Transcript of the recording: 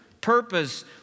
purpose